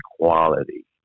equality